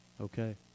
okay